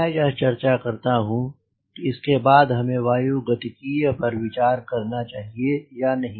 मैं चर्चा करता कि क्या इसके बाद हमें वायुगतिकीय पर विचार करना चाहिए या नहीं